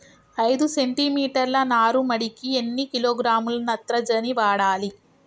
ఐదు సెంటిమీటర్ల నారుమడికి ఎన్ని కిలోగ్రాముల నత్రజని వాడాలి?